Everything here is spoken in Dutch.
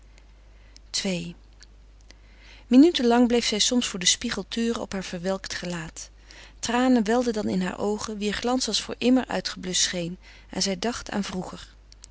ii minuten lang bleef zij soms voor den spiegel turen op haar verwelkt gelaat tranen welden dan in haar oogen wier glans als voor immer uitgebluscht scheen en zij dacht aan vroeger